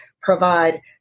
provide